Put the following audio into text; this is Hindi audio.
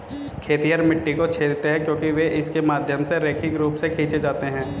खेतिहर मिट्टी को छेदते हैं क्योंकि वे इसके माध्यम से रैखिक रूप से खींचे जाते हैं